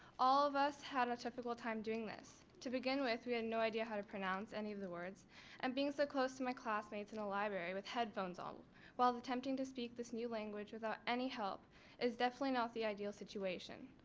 all of us had a difficult time doing this. to begin with. we had no idea how to pronounce any of the words and being so close to my classmates in a library with headphones all while attempting to speak this new language without any help is definitely not the ideal situation.